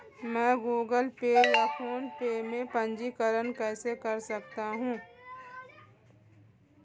मैं Google Pay या PhonePe में पंजीकरण कैसे कर सकता हूँ?